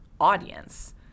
audience